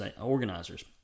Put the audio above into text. organizers